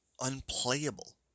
unplayable